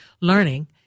learning